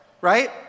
right